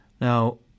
now